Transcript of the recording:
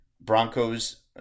Broncos